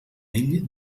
ell